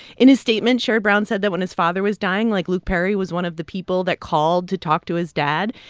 in his statement, sherrod brown said that when his father was dying, like, luke perry was one of the people that called to talk to his dad.